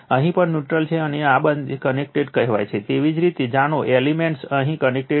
અહીં પણ ન્યુટ્રલ છે અને આ બે કનેક્ટેડ કહેવાય છે એવી જ રીતે જાણો એલિમેન્ટ્સ અહીં કનેક્ટેડ છે